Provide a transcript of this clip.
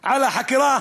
על החקירה